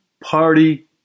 party